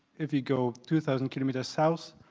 if you go two thousand kilometres south,